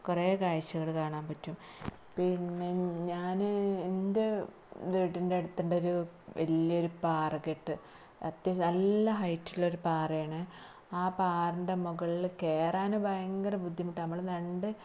കുറേ കാഴ്ചകൾ കാണാന് പറ്റും പിന്നെ ഞാൻ എന്റെ വീട്ടിന്റെ അടുത്തുമുണ്ട് ഒരു വലിയ ഒരു പാറക്കെട്ട് അത്യാവശ്യം നല്ല ഹൈറ്റ് ഉള്ള ഒരു പാറയാണ് ആ പാറൻ്റെ മുകളിൽ കയറാൻ ഭയങ്കര ബുദ്ധിമുട്ടാണ് നമ്മൾ രണ്ട്